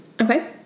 Okay